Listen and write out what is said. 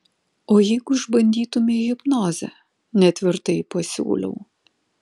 o jeigu išbandytumei hipnozę netvirtai pasiūliau